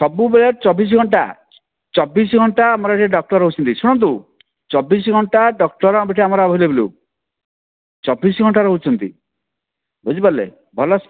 ସବୁବେଳେ ଚବିଶ ଘଣ୍ଟା ଚବିଶ ଘଣ୍ଟା ଆମର ସେ ଡ଼କ୍ଟର ରହୁଛନ୍ତି ଶୁଣନ୍ତୁ ଚବିଶ ଘଣ୍ଟା ଡ଼କ୍ଟର ଆମ ପାଖରେ ଆମର ଆଭେଲେବୁଲ୍ ଚବିଶ ଘଣ୍ଟା ରହୁଛନ୍ତି ବୁଝିପାରିଲେ ଭଲ